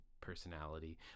personality